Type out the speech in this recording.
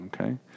okay